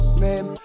man